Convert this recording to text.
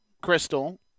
Crystal